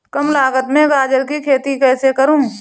कम लागत में गाजर की खेती कैसे करूँ?